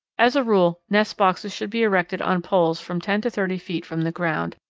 as a rule nest boxes should be erected on poles from ten to thirty feet from the ground,